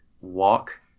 walk